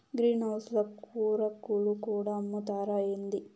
green house ల కూరాకులు కూడా అమ్ముతారా ఏంది